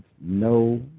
no